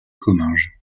comminges